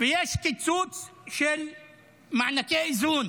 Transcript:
יש קיצוץ של מענקי איזון,